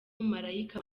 marayika